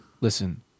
Listen